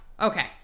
Okay